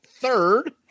third